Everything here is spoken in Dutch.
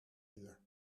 uur